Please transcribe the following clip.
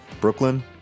Brooklyn